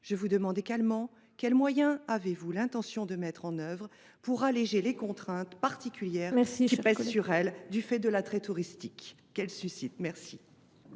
une situation ingrate ? Quels moyens avez vous l’intention de mettre en œuvre pour alléger les contraintes particulières pesant sur elles du fait de l’attrait touristique qu’elles suscitent